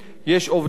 הנדסאים,